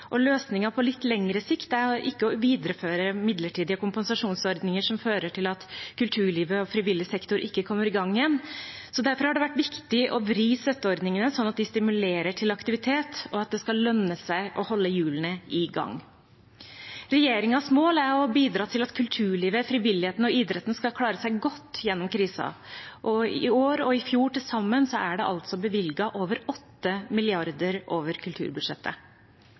på litt lengre sikt er ikke å videreføre midlertidige kompensasjonsordninger som fører til at kulturlivet og frivillig sektor ikke kommer i gang igjen, så derfor har det vært viktig å vri støtteordningene sånn at de stimulerer til aktivitet, og at det skal lønne seg å holde hjulene i gang. Regjeringens mål er å bidra til at kulturlivet, frivilligheten og idretten skal klare seg godt gjennom krisen, og i år og i fjor er det altså til sammen bevilget over 8 mrd. kr over kulturbudsjettet.